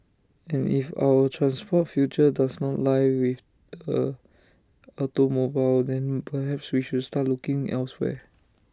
and if our transport future does not lie with the automobile then perhaps we should start looking elsewhere